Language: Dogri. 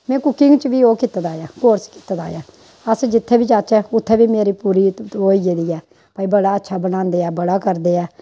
में कुकिंग च बी ओह् कीते दा ऐ कोर्स कीते दा ऐ अस जि'त्थे बी जाह्चे उ'त्थे बी मेरी पूरी ओह् होई गेदी ऐ भाई बड़ा अच्छा बनांदे ऐ बड़ा करदे ऐ